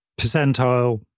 percentile